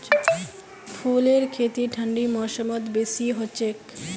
फूलेर खेती ठंडी मौसमत बेसी हछेक